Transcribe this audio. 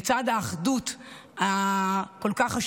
לצד האחדות החשובה כל כך,